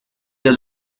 the